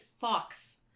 Fox